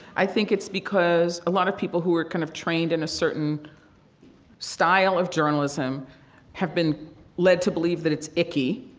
i think it's because a lot of people who are kind of trained in a certain style of journalism have been led to believe that it's icky,